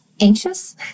anxious